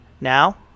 Now